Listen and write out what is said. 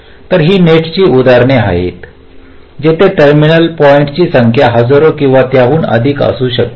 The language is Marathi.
तर ही नेट्सची उदाहरणे आहेत जिथे टर्मिनल पॉईंट्सची संख्या हजारो किंवा त्याहून अधिक असू शकते